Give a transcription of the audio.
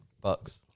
Bucks